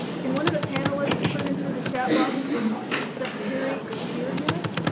can one of the panelists put into the chat box if the secretary is here yet.